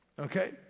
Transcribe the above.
Okay